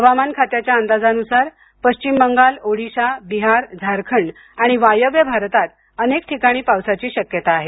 हवामान खात्याच्या अंदाजानुसार पश्चिम बंगाल ओडिशा बिहार झारखंड आणि वायव्य भारतात अनेक ठिकाणी पावसाची शक्यता आहे